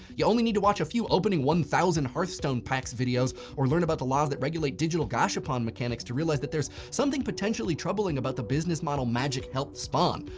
you only need to watch a few opening one thousand hearthstone packs videos or learn about the laws that regulate digital gashapon mechanics to realize that there's something potentially troubling about the business model magic helped spawn.